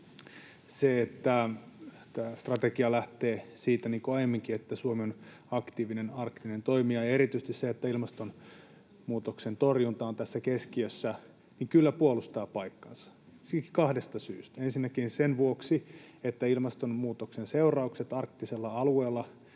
Se, että tämä strategia lähtee, niin kuin aiemminkin, siitä, että Suomi on aktiivinen arktinen toimija, ja erityisesti se, että ilmastonmuutoksen torjunta on tässä keskiössä, kyllä puolustavat paikkaansa kahdesta syystä. Ensinnäkin sen vuoksi, että ilmastonmuutoksen seuraukset arktisella alueella